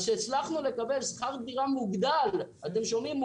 אז כשהצלחנו לקבל שכר דירה מוגדל אתם שומעים?